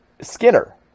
Skinner